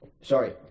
sorry